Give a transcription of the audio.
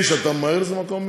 קיש, אתה ממהר לאיזה מקום?